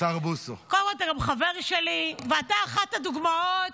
קודם כול, אתה גם חבר שלי, ואתה אחת הדוגמאות